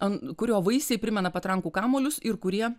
ant kurio vaisiai primena patrankų kamuolius ir kurie